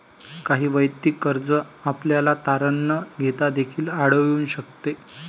काही वैयक्तिक कर्ज आपल्याला तारण न घेता देखील आढळून शकते